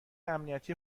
امنیتی